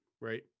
right